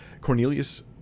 Cornelius